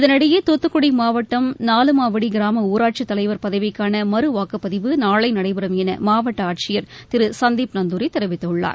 இதனிடையே தூத்துக்குடி மாவட்டம் நாலுமாவடி கிராம ஊராட்சி தலைவர் பதவிக்கான மறுவாக்குப்பதிவு நாளை நடைபெறும் என மாவட்ட ஆட்சியர் திரு சந்தீப் நந்தூரி தெரிவித்துள்ளார்